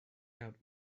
out